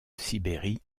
sibérie